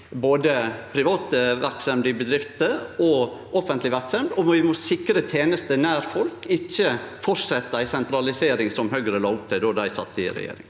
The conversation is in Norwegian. både private verksemder og bedrifter og offentleg verksemd. Vi må sikre tenester nær folk, ikkje fortsetje med ei sentralisering som Høgre la opp til då dei sat i regjering.